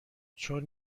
چون